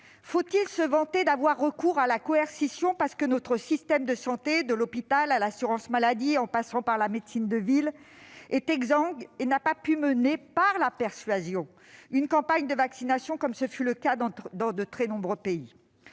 faut-il se vanter d'avoir recours à la coercition parce que notre système de santé, de l'hôpital à l'assurance maladie en passant par la médecine de ville, est exsangue et n'a pas pu mener par la persuasion une campagne de vaccination, comme ce fut le cas dans de très nombreux pays ?